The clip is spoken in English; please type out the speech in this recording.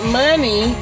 money